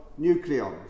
nucleons